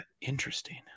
interesting